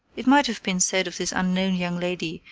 it might have been said of this unknown young lady,